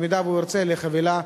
במידה שהוא ירצה בכך,